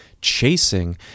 chasing